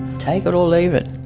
take it or leave it.